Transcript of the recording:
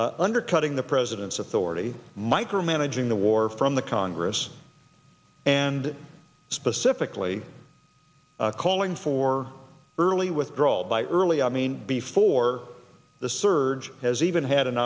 undercutting the president's authority micromanaging the war from the congress and specifically calling for early withdrawal by early i mean before the surge has even had an